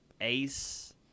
ace